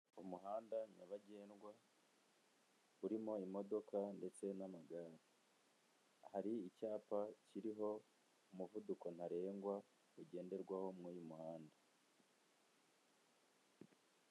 Umuhanda nyabagendwa urimo imodoka ndetse n'amagare, hari icyapa kiriho umuvuduko ntarengwa ugenderwaho muri uyu muhanda.